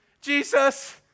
Jesus